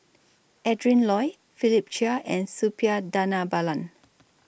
Adrin Loi Philip Chia and Suppiah Dhanabalan